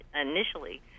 initially